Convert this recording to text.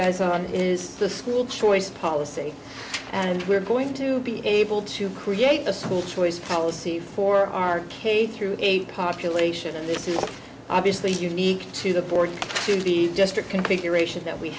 guys on is the school choice policy and we're going to be able to create a school choice i will see for our k through eight population and this is obviously unique to the board to the district configuration that we